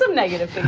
um negative